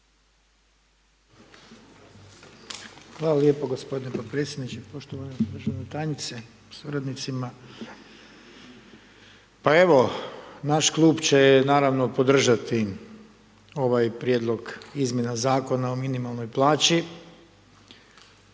Hvala lijepo gospodine potpredsjedniče, poštovana državna tajnice sa suradnicima. Pa evo naš klub će naravno podržati ovaj Prijedlog izmjena Zakona o minimalnoj plaći.